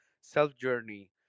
self-journey